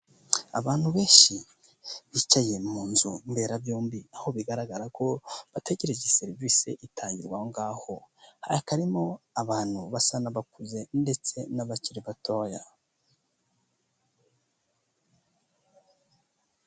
Abantu benshi bicaye mu nzu mberabyombi, aho bigaragara ko bategereje serivisi itangirwa aho ngaho, hari akarimo abantu basa n'abakuze ndetse n'abakiri batoya.